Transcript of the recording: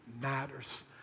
matters